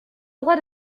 droit